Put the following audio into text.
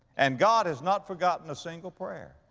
and god has not forgotten a single prayer.